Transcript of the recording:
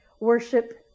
worship